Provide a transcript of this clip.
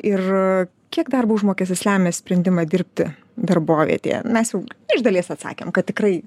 ir kiek darbo užmokestis lemia sprendimą dirbti darbovietėje mes jau iš dalies atsakėm kad tikrai